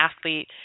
athlete